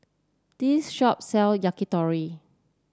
this shop sells Yakitori